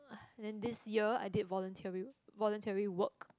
then this year I did voluntary voluntary work